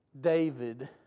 David